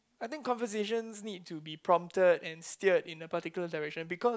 I think conversations need to be prompted and steered in a particular direction because